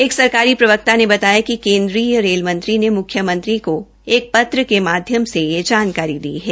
एक सरकारी प्रवक्ता ने बताया कि केन्द्रीय रेल मंत्री ने मुख्यमंत्री को एक पत्र के माध्यम से यह जानकारी दी है